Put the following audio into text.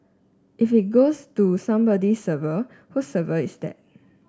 if it goes to somebody's server whose server is that